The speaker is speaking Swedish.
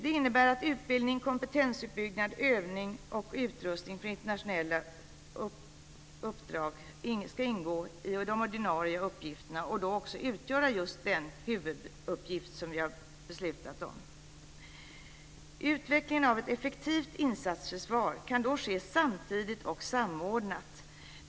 Detta innebär att utbildning, kompetensuppbyggnad, övning och utrustning för internationella uppdrag ska ingå i de ordinarie uppgifterna och då också utgöra just den huvuduppgift som vi har beslutat om. Utvecklingen av ett effektivt insatsförsvar kan då ske samtidigt och samordnat.